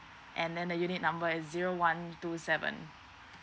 and then the unit number is zero one two seven